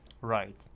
Right